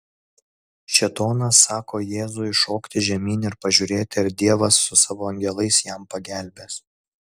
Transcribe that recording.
šėtonas sako jėzui šokti žemyn ir pažiūrėti ar dievas su savo angelais jam pagelbės